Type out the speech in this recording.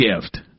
gift